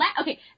okay